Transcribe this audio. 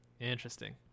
interesting